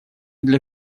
для